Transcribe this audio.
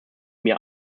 mir